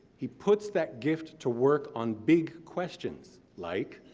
he puts that gift to work on big questions, like